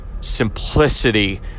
simplicity